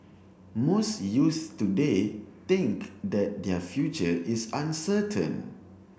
most youths today think that their future is uncertain